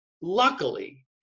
luckily